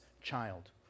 child